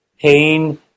pain